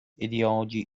ideology